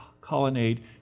colonnade